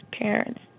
parents